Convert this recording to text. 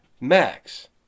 Max